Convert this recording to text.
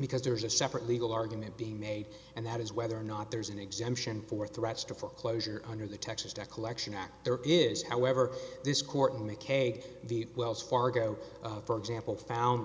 because there is a separate legal argument being made and that is whether or not there's an exemption for threats to foreclosure under the texas debt collection act there is however this court in the keg the wells fargo for example found